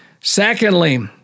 Secondly